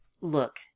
look